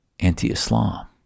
anti-Islam